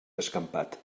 descampat